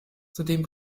zudem